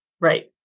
right